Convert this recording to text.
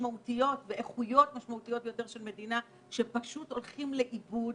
משמעותיות ואיכויות משמעותיות יותר של מדינה שפשוט הולכים לאיבוד